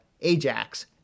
Ajax